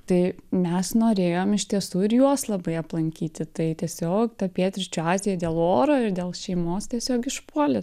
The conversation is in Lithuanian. tai mes norėjom iš tiesų ir juos labai aplankyti tai tiesiog ta pietryčių azija dėl oro ir dėl šeimos tiesiog išpuolė